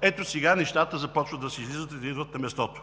ето сега нещата започват да си излизат и идват на мястото.